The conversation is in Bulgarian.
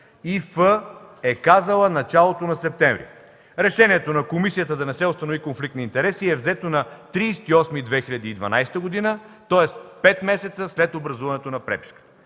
И.Ф. е казала в началото на септември”. Решението на комисията да не се установи конфликт на интереси е взето на 30 август 2012 г., тоест 5 месеца след образуване на преписката.